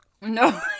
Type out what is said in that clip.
No